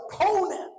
opponent